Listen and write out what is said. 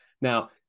Now